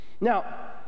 Now